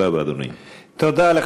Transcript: תודה רבה, אדוני.